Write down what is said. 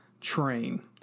train